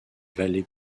vallées